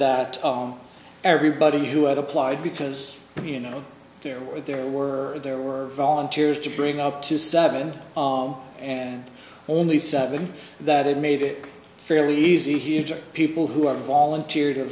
that everybody who had applied because you know there were there were there were volunteers to bring up to seven and only seven that it made it fairly easy object people who have volunteer